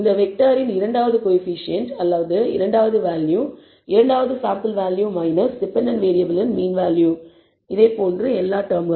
இந்த வெக்டாரின் இரண்டாவது கோஎஃபீஷியேன்ட் அல்லது இரண்டாவது வேல்யூ இரண்டாவது சாம்பிள் வேல்யூ டிபெண்டன்ட் வேறியபிளின் மீன் வேல்யூ மற்றும் பல